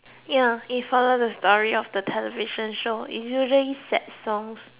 ya it follow the story of the television show it's usually sad songs